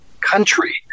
country